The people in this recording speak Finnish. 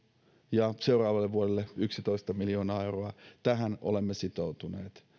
ja seuraavalle vuodelle yksitoista miljoonaa euroa tähän olemme sitoutuneet